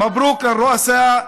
מזל טוב לראשי הרשויות